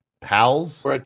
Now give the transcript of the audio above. Pals